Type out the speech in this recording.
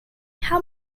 how